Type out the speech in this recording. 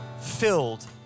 filled